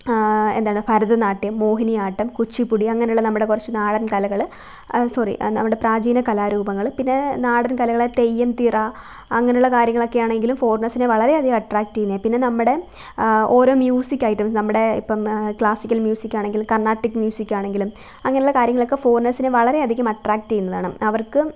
എന്താണ് ഭരതനാട്യം മോഹിനിയാട്ടം കുച്ചുപ്പുടി അങ്ങനെ ഉള്ള നമ്മുടെ കുറച്ച് നാടൻ കലകള് സോറി നമ്മുടെ പ്രാചീന കലാരൂപങ്ങള് പിന്നെ നാടൻ കലകള് തെയ്യം തിറ അങ്ങനുള്ള കാര്യങ്ങളൊക്കെയാണ് എങ്കിലും ഫോറിനേഴ്സിനെ വളരെയധികം അട്രാക്റ്റെയ്യുന്നേ പിന്നെ നമ്മുടെ ഓരോ മ്യൂസിക് ഐറ്റംസ് നമ്മുടെ ഇപ്പോള് ക്ലാസിക്കൽ മ്യൂസിക്കാണെങ്കിൽ കർണാട്ടിക് മ്യൂസിക്കാണെങ്കിലും അങ്ങനുള്ള കാര്യങ്ങളൊക്ക ഫോറിനേഴ്സിനെ വളരെയധികം അട്ട്രാക്റ്റെയ്യുന്നതാണ് അവർക്ക്